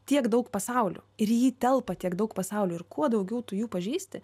tiek daug pasaulio ir į jį telpa tiek daug pasaulio ir kuo daugiau tu jų pažįsti